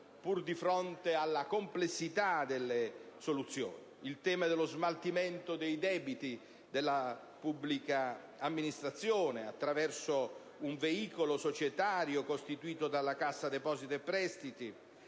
pur di fronte alla complessità delle soluzioni: il tema dello smaltimento dei debiti della pubblica amministrazione, attraverso un veicolo societario costituito dalla Cassa depositi e prestiti;